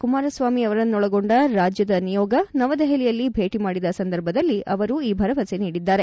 ಕುಮಾರ ಸ್ವಾಮಿ ಅವರನ್ನೊಳಗೊಂಡ ರಾಜ್ಯದ ನಿಯೋಗ ನವದೆಹಲಿಯಲ್ಲಿ ಭೇಟಿ ಮಾಡಿದ ಸಂದರ್ಭದಲ್ಲಿ ಅವರು ಈ ಭರವಸೆ ನೀಡಿದ್ದಾರೆ